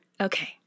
Okay